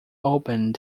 opened